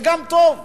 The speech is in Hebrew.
זה גם טוב.